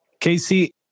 Casey